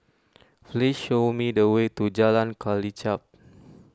please show me the way to Jalan Kelichap